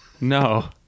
No